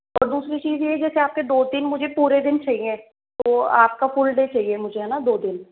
और दूसरी चीज़ ये है जैसे आपके दो तीन मुझे पूरे दिन चाहिए तो आपका फुल डे चाहिए मुझे है ना दो दिन